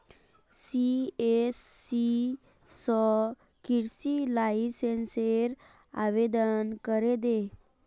CSC स कृषि लाइसेंसेर आवेदन करे दे